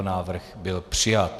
Návrh byl přijat.